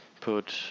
put